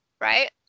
right